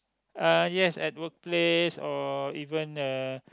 uh yes at workplace or even uh